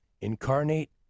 incarnate